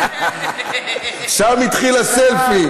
שם התחיל הסלפי.